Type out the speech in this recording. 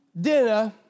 dinner